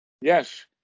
Yes